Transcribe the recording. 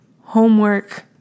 homework